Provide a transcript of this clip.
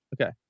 Okay